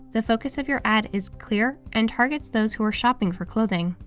the focus of your ad is clear and targets those who are shopping for clothing.